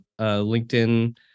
LinkedIn